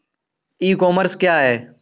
ई commerce क्या है?